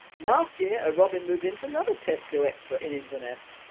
last year, a robin moved into another tesco extra in inverness.